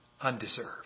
undeserved